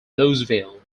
louisville